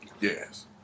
Yes